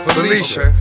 Felicia